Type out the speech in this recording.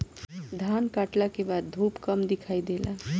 धान काटला के बाद धूप कम दिखाई देला